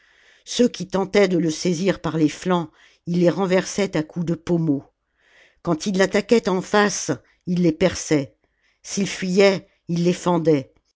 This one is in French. ceux qui tentaient de le saisir par les flancs il les renversait à coups de pommeau quand ils l'attaquaient en face il les perçait s'ils fuyaient il les